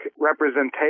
representation